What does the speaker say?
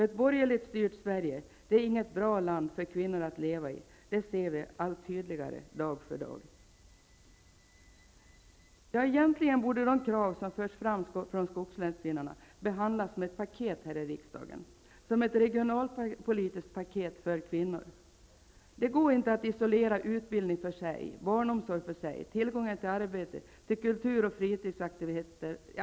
Ett borgerligt styrt Sverige är inget bra land för kvinnor att leva i -- det ser vi allt tydligare dag för dag. Egentligen borde de krav som förs fram från skogslänskvinnorna behandlas som ett paket här i riksdagen, som ett regionalpolitiskt paket för kvinnor. Det går inte att isolera och behandla utbildning för sig, barnomsorg för sig, tillgången till arbete för sig och tillgången till kultur och fritidsaktiviteter för sig.